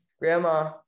Grandma